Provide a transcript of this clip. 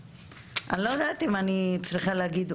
אני לא יודעת אם אני צריכה להגיד,